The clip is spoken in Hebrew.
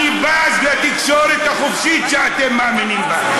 אני בז לתקשורת החופשית שאתם מאמינים בה.